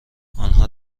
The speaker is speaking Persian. آنها